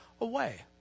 away